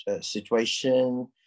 situation